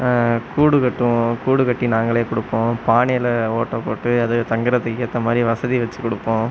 கூடு கட்டும் கூடு கட்டி நாங்களே கொடுப்போம் பானையில் ஓட்டை போட்டு அது தங்கறதுக்கு ஏற்ற மாதிரி வசதி வச்சி கொடுப்போம்